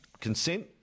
consent